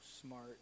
smart